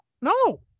no